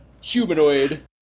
humanoid